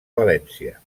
valència